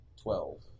Twelve